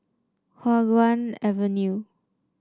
Hua Guan Avenue